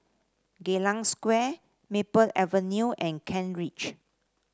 Geylang Square Maple Avenue and Kent Ridge